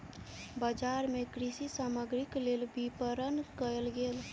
बजार मे कृषि सामग्रीक लेल विपरण कयल गेल